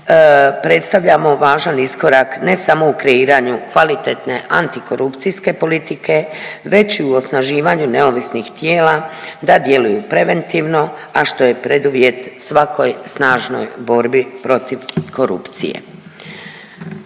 predstavljamo važan iskorak ne samo u kreiranju kvalitetne antikorupcijske politike već i u osnaživanju neovisnih tijela da djeluju preventivno, a što je preduvjet svakoj snažnoj borbi protiv korupcije.